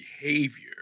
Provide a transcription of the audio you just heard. behavior